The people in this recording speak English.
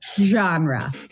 genre